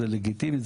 זה לגיטימי.